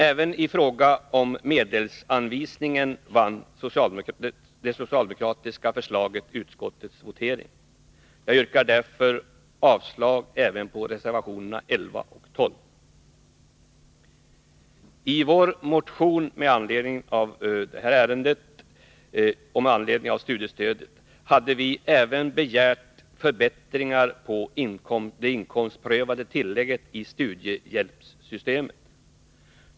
Även i fråga om medelsanvisningen vann det socialdemokratiska förslaget utskottets votering. Jag yrkar därför avslag även på reservationerna 11 och 12. I vår motion med anledning av det här ärendet och med anledning av studiestödet hade vi även begärt förbättringar av det inkomstprövade tillägget i studiehjälpssystemet.